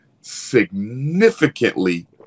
significantly